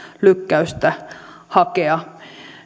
lykkäystä hakea